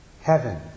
heaven